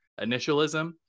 initialism